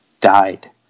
died